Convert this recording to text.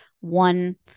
one